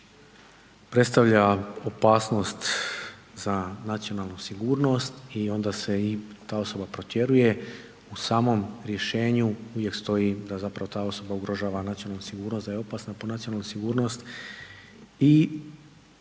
predstavlja opasnost za nacionalnu sigurnost i onda se ta osoba protjeruje u samom rješenju uvijek stoji da ta osoba ugrožava nacionalnu sigurnost da je opasna po nacionalnu sigurnosti.